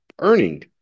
earning